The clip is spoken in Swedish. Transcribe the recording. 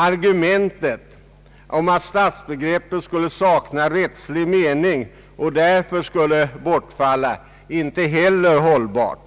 Argumentet att stadsbegreppet skulle sakna rättslig mening och därför skulle bortfalla är inte heller hållbart.